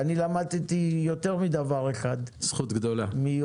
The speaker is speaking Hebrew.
אני למדתי ממך יותר מדבר אחד מיואב.